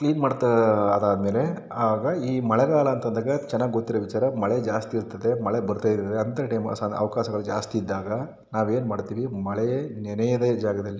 clean ಮಾಡ್ತಾ ಅದಾದ್ಮೇಲೆ ಆಗ ಈ ಮಳೆಗಾಲ ಅಂತ ಅಂದಾಗ ಚೆನ್ನಾಗಿ ಗೊತ್ತಿರೋ ವಿಚಾರ ಮಳೆ ಜಾಸ್ತಿ ಇರ್ತದೆ ಮಳೆ ಬರ್ತಾಯಿದೆ ಅಂದರೆ ಅಂತ ಟೈಮ್ ಅವಕಾಶಗಳು ಜಾಸ್ತಿ ಇದ್ದಾಗ ನಾವೇನು ಮಾಡ್ತೀವಿ ಮಳೆ ನೆನೆಯದೆ ಜಾಗದಲ್ಲಿ